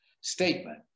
statement